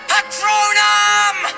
Patronum